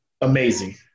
amazing